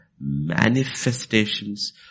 manifestations